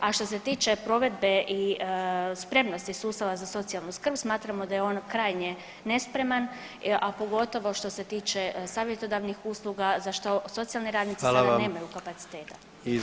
A što se tiče provedbe i spremnosti sustava za socijalnu skrb smatramo da je on krajnje nespreman, a pogotovo što se tiče savjetodavnih usluga za što socijalni radnici [[Upadica predsjednik: Hvala vam.]] sad nemaju kapaciteta.